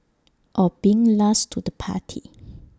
or being last to the party